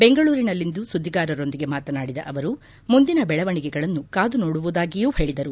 ಬೆಂಗಳೂರಿನಲ್ಲಿಂದು ಸುದ್ದಿಗಾರರೊಂದಿಗೆ ಮಾತನಾಡಿದ ಅವರು ಮುಂದಿನ ಬೆಳವಣಿಗೆಗಳನ್ನು ಕಾದು ನೋಡುವುದಾಗಿಯೂ ಹೇಳಿದರು